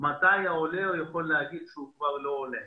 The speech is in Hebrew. מתי העולה יכול לומר הוא כבר לא עולה?